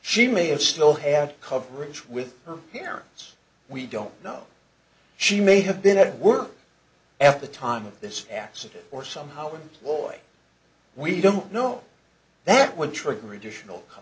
she may have still had coverage with her parents we don't know she may have been at work f the time of this accident or somehow employ we don't know that would trigger additional